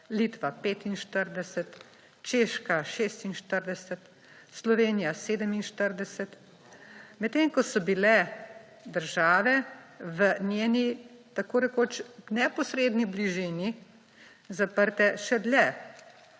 Litva 45, Češka 46, Slovenija 47, medtem ko so bile države v njeni tako rekoč neposredni bližini zaprte še dlje.